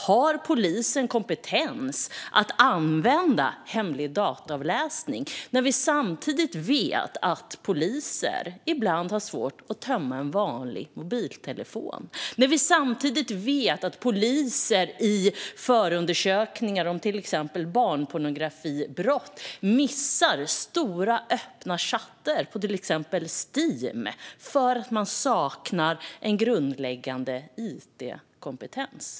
Har polisen kompetens att använda hemlig dataavläsning med tanke på att vi vet att poliser ibland har svårt att tömma en vanlig mobiltelefon och i förundersökningar om exempelvis barnpornografibrott missar stora, öppna chattar på till exempel Steam för att de saknar grundläggande it-kompetens?